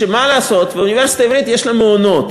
שמה לעשות, האוניברסיטה העברית יש לה מעונות.